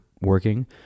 working